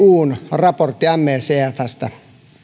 raportti me cfsstä